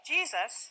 Jesus